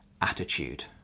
attitude